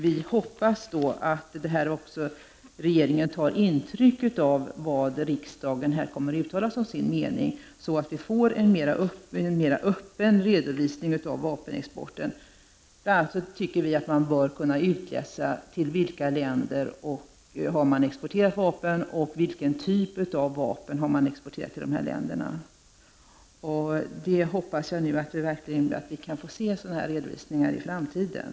Vi hoppas också att regeringen tar intryck av vad riksdagen här kommer att uttala som sin mening, så att vi får en mera öppen redovisning av vapenexporten. Man bör bl.a. ur denna redovisning kunna utläsa till vilka länder vi har exporterat vapen och vilken typ av vapen vi har exporterat. Jag hoppas alltså att vi kan få se sådana redovisningar i framtiden.